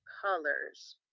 colors